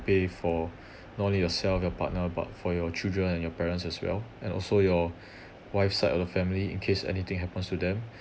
pay for not only yourself your partner but for your children and your parents as well and also your wife side of the family in case anything happens to them